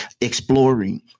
exploring